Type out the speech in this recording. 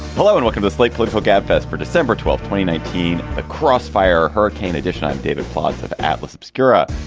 hello and welcome to slate political gabfest for december twelfth, plane eighteen, the crossfire hurricane edition i'm david plotz of atlas obscura.